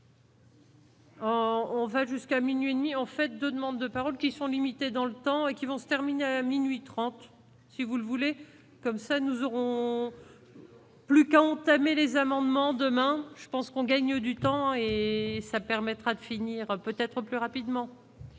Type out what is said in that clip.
on va jusqu'à minuit et demi, en fait de demandes de paroles qui sont limitées dans le temps et qui vont se terminer à minuit 30, si vous le voulez, comme ça nous aurons plus qu'à entamer les amendements, demain, je pense qu'on gagne du temps et ça permettra de finir peut-être plus rapidement,